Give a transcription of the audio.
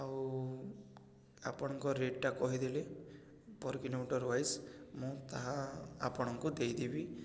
ଆଉ ଆପଣଙ୍କ ରେଟ୍ଟା କହିଦେଲେ ପର୍ କିଲୋମିଟର ୱାଇଜ୍ ମୁଁ ତାହା ଆପଣଙ୍କୁ ଦେଇଦେବି